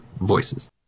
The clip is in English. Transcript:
voices